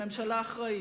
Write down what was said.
עם ממשלה אחראית.